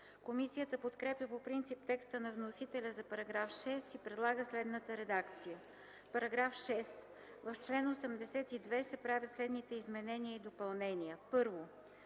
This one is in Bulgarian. Комисията подкрепя по принцип текста на вносителите за § 1 и предлага следната редакция: „§ 1. В чл. 11 се правят следните изменения и допълнения: 1.